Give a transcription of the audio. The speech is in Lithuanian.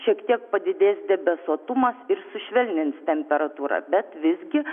šiek tiek padidės debesuotumas ir sušvelnins temperatūrą bet visgi